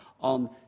on